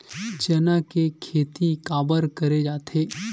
चना के खेती काबर करे जाथे?